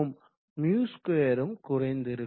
μ2ம் குறைந்திருக்கும்